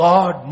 God